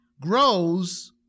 grows